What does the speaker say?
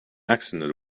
accident